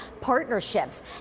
partnerships